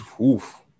Oof